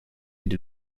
del